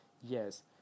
Yes